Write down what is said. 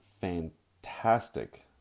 fantastic